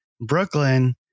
Brooklyn